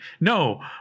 no